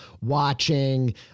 watching